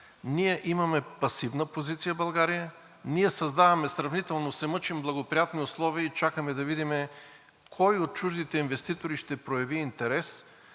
Ние имаме пасивна позиция в България, ние създаваме сравнително, мъчим се, благоприятни условия и чакаме да видим кой от чуждите инвеститори ще прояви интерес.